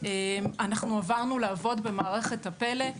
אנחנו עברנו לעבוד במערכת הפלא.